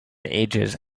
ages